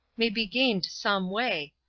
may be gained some way,